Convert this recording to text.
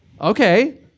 Okay